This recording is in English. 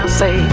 say